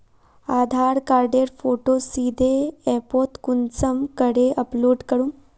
आधार कार्डेर फोटो सीधे ऐपोत कुंसम करे अपलोड करूम?